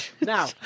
Now